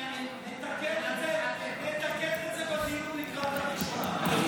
נתקן את זה בדיון לקראת הראשונה.